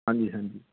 ਹਾਂਜੀ ਹਾਂਜੀ